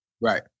Right